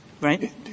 Right